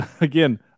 again